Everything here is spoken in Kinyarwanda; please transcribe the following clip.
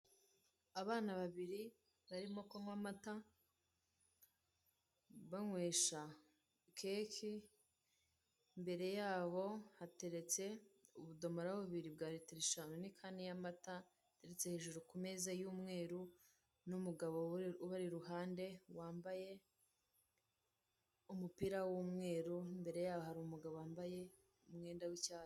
Abana babiri barimo kunywa amata banywesha keke imbere yabo hateretse ubudomoro bubiri bwa ritiro eshanu ni kane y'amata, ndetse hejuru ku meza y'umweru n'umugabo ubari iruhande wambaye umupira w'umweru n'imbere yaho hari umugabo wambaye umwenda w'icyatsi